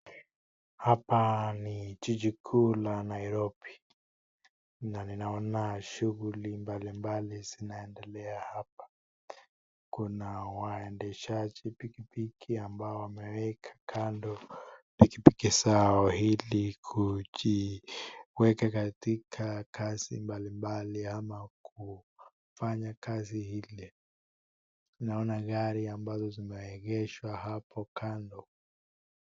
Hapa ni jiji kuu la Nairobi, na ninaona shughuli mbalimbali zinaedelea hapa, kuna waemdeshaji pikipiki ambao wameka kando pikipiki zao ili kuziweka katika kazi mbalimbali ama kufanya kazi ile, naona gari ambazo zimeegeshwa hapo kando.